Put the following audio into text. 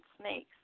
snakes